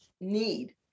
need